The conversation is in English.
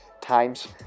times